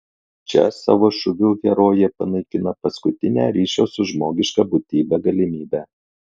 čia savo šūviu herojė panaikina paskutinę ryšio su žmogiška būtybe galimybę